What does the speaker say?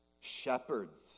shepherds